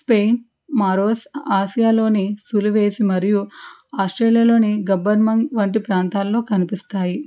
Spain మరో ఆసియాలోని సులువేసి మరియు ఆస్ట్రేలియాలోని గబ్బర్ మంత్ ప్రాంతాల్లో కనిపిస్తాయి